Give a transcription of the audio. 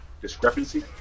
discrepancy